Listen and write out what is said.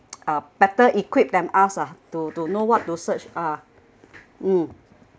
uh better equipped than us ah to to know what to search ah mm